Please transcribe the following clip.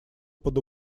под